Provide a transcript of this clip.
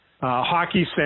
hockey